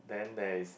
then there is